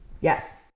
Yes